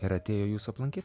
ir atėjo jūsų aplankyt